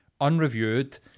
unreviewed